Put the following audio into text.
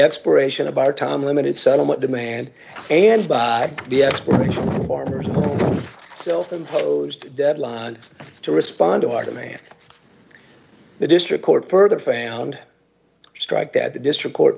expiration of our time limited settlement demand and by farmers self imposed deadline to respond to our demand the district court further found strike that the district court